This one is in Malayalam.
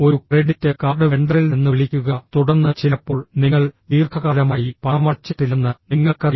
ഒരു ക്രെഡിറ്റ് കാർഡ് വെണ്ടറിൽ നിന്ന് വിളിക്കുക തുടർന്ന് ചിലപ്പോൾ നിങ്ങൾ ദീർഘകാലമായി പണമടച്ചിട്ടില്ലെന്ന് നിങ്ങൾക്കറിയാം